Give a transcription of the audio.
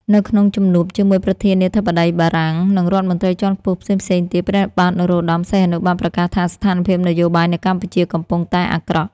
នៅក្នុងជំនួបជាមួយប្រធានាធិបតីបារាំង និងមន្ត្រីជាន់ខ្ពស់ផ្សេងៗទៀត ព្រះបាទនរោត្តម សីហនុបានប្រកាសថាស្ថានភាពនយោបាយនៅកម្ពុជាកំពុងតែអាក្រក់។